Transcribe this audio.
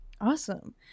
Awesome